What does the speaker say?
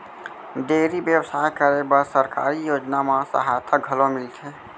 dairy बेवसाय करे बर सरकारी योजना म सहायता घलौ मिलथे